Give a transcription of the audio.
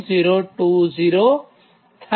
020 થાય